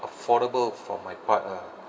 affordable for my part lah